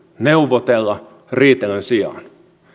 neuvotella riitelyn sijaan